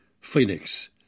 Phoenix